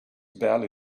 barely